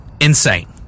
insane